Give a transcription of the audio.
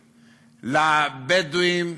לבדואים,